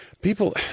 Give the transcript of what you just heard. People